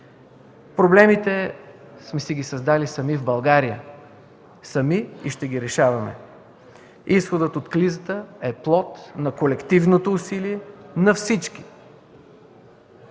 Проблемите сме си създали сами в България, сами и ще ги решаваме. Изходът от кризата е плод на колективното усилие на всички.